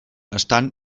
estan